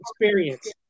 experience